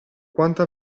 quanto